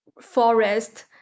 forest